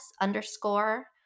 underscore